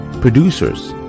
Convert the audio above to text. producers